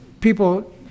people